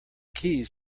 keys